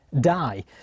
die